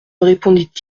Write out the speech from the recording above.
répondit